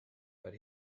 but